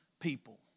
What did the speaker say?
people